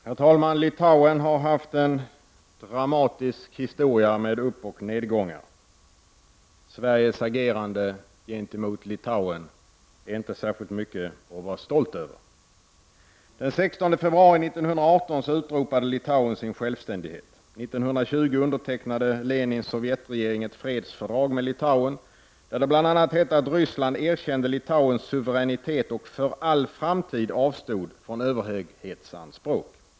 Herr talman! Litauen har haft en dramatisk historia med uppoch nedgångar. Sveriges agerande gentemot Litauen är inte särskilt mycket att vara stolt över. Den 16 februari 1918 utropade Litauen sin självständighet. År 1920 undertecknade Lenins Sovjetregering ett fredsfördrag med Litauen, där det bl.a. hette att Ryssland erkände Litauens suveränitet och för all framtid avstod från alla överhöghetsanspråk.